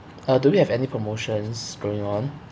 uh do we have any promotions going on